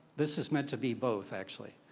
this is meant to be both actually,